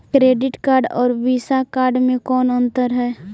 Credit card और Visa card मे कौन अन्तर है?